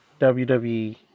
WWE